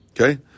Okay